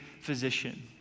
physician